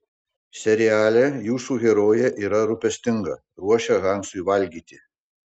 seriale jūsų herojė yra rūpestinga ruošia hansui valgyti